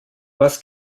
was